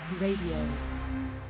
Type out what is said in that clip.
Radio